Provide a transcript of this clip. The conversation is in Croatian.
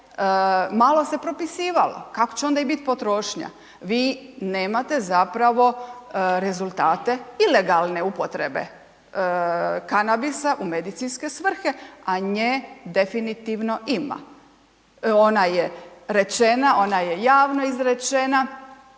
malo se propisivalo, kako će onda i bit potrošnja? Vi nemate zapravo rezultate ilegalne upotrebe kanabisa u medicinske svrhe, a nje definitivno ima, ona je rečena, ona je javno izrečena